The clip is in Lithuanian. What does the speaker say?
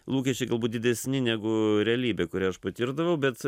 lūkesčiai galbūt didesni negu realybė kurią aš patirdavau bet